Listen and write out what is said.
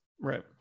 Right